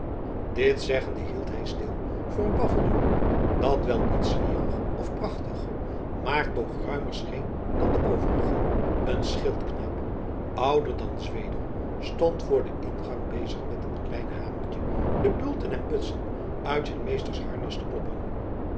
dit zeggende hield hij stil voor een paviljoen dat wel niet zwierig of prachtig maar toch ruimer scheen dan de overige een schildknaap ouder dan zweder stond voor den ingang bezig met een klein hamertje de bulten en blutsen uit zijns meesters harnas te kloppen